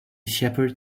shepherd